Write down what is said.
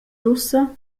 ussa